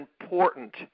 important